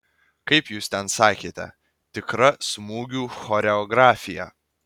kaip jūs ten sakėte tikra smūgių choreografija